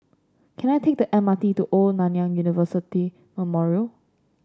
can I take the M R T to Old Nanyang University Memorial